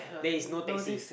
there is no taxi